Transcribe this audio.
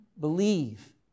believe